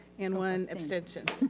and one abstention.